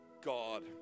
God